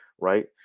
Right